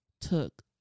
took